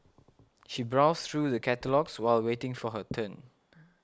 she browsed through the catalogues while waiting for her turn